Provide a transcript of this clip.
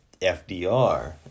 FDR